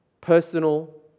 personal